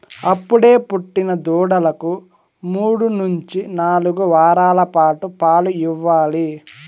అప్పుడే పుట్టిన దూడలకు మూడు నుంచి నాలుగు వారాల పాటు పాలు ఇవ్వాలి